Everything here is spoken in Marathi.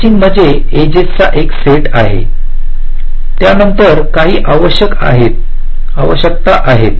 मॅचिंग म्हणजे एजेस चा एक सेट आहे त्यानंतर काही आवश्यकता आहेत